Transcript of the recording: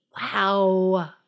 Wow